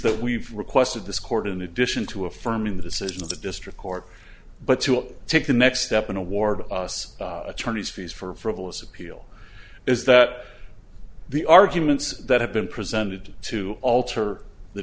that we've requested this court in addition to affirming the decision of the district court but to take the next step and award us attorney's fees for alyssa appeal is that the arguments that have been presented to alter the